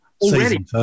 Already